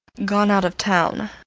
gone out of town.